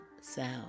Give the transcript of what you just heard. sound